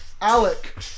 Alec